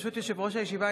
ברשות יושב-ראש הישיבה,